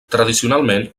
tradicionalment